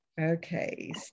Okay